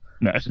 No